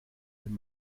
wenn